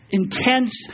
intense